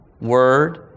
Word